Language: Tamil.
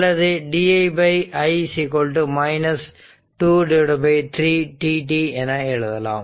அல்லது di i 2 3 dt என எழுதலாம்